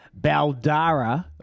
Baldara